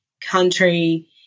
country